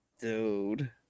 dude